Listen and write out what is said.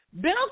Bill